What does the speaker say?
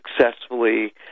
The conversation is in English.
successfully